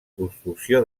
construcció